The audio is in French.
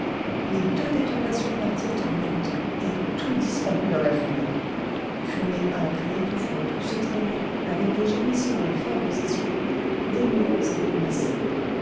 les deux détonations partirent en même temps et tout disparut dans la fumée fumée âcre et étouffante où se traînaient avec des gémissements faibles et sourds des mourants et des blessés